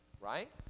right